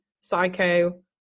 Psycho